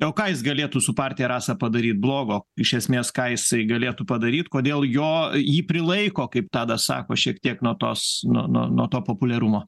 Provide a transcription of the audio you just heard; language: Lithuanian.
o ką jis galėtų su partija rasa padaryt blogo iš esmės ką jisai galėtų padaryt kodėl jo jį prilaiko kaip tadas sako šiek tiek nuo tos nuo nuo nuo to populiarumo